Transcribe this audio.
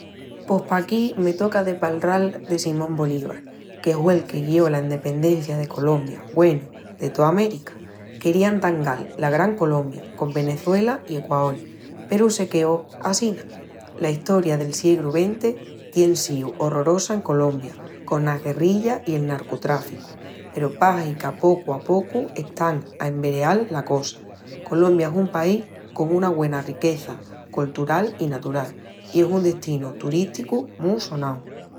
Pos paquí me toca de palral del Simón Bolivar, que hue'l que guió la endependencia de Colombia, güenu, de toa América. Quería entangal la Gran Colombia, con Venezuela i Equaol peru se queó assína. La estoria del siegru XX tien síu orrorosa en Colombia conas guerrillas i el narcutráficu peru pahi que a pocu a pocu están a envereal la cosa. Colombia es un país con una güena riqueza coltural i natural, i es un destinu turísticu mu sonau.